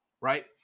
right